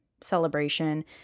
celebration